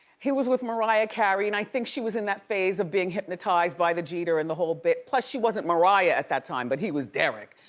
he was with mariah carey, and i think she was in that phase of being hypnotized by the jeter and the whole bit, plus she wasn't mariah at that time, but he was derek,